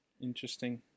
Interesting